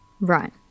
Right